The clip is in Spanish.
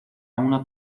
una